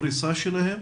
הפריסה שלהם,